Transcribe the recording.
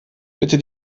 bitte